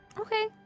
Okay